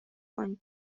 کنید